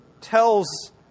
tells